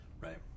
Right